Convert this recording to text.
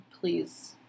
please